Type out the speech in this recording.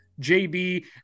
JB